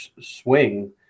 swing